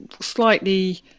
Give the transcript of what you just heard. slightly